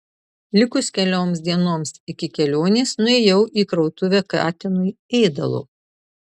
likus kelioms dienoms iki kelionės nuėjau į krautuvę katinui ėdalo